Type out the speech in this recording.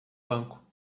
banco